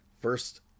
First